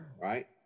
right